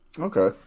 Okay